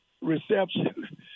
reception